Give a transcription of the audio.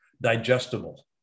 digestible